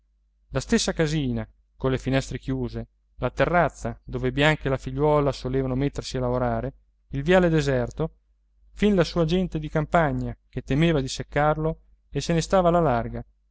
la stessa casina colle finestre chiuse la terrazza dove bianca e la figliuola solevano mettersi a lavorare il viale deserto fin la sua gente di campagna che temeva di seccarlo e se ne stava alla larga